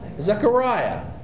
Zechariah